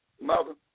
mother